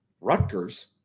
rutgers